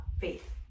faith